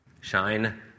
Shine